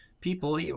people